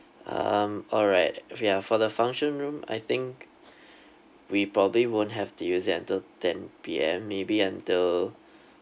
um alright we are for the function room I think we probably won't have to use until ten P_M maybe until